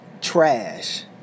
trash